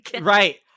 right